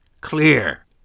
clear